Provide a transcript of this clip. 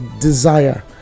desire